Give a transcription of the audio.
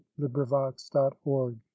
librivox.org